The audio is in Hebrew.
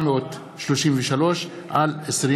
פ/3433/20.